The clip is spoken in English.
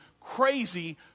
crazy